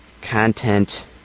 content